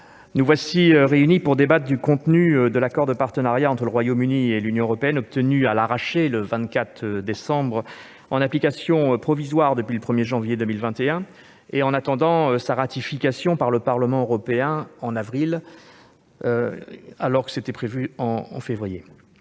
nous voilà réunis pour débattre du contenu de l'accord de partenariat entre le Royaume-Uni et l'Union européenne, obtenu à l'arraché le 24 décembre dernier et en application provisoire depuis le 1janvier 2021, en attendant sa ratification par le Parlement européen au mois d'avril prochain, alors